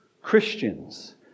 Christians